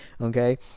okay